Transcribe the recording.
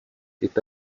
est